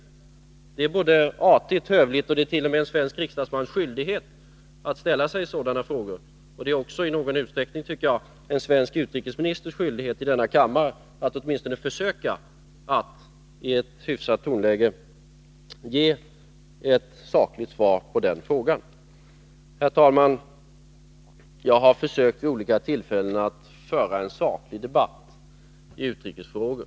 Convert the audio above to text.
Att en svensk riksdagsman ställer frågor av detta slag är artigt, det är t.o.m. en skyldighet. Det är vidare enligt min uppfattning i viss utsträckning en svensk utrikesministers skyldighet att i denna kammare åtminstone försöka att i ett hyfsat tonläge ge ett sakligt svar. Herr talman! Jag har vid olika tillfällen försökt att föra en saklig debatt i utrikesfrågor.